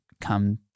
come